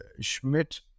Schmidt